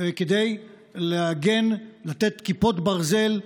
כדי להגן ולתת כיפות ברזל,